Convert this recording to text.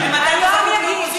למה אתה לא מגיש?